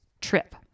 trip